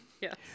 Yes